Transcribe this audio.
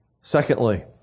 Secondly